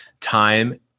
time